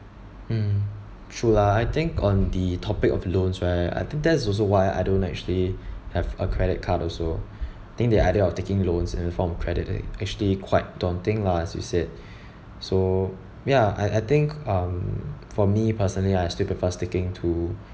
mm true lah I think on the topic of loans right I think that's also why I don't actually have a credit card also think that idea of taking loans in form of credit uh actually quite daunting lah as you said so ya I I think um for me personally I still prefer sticking to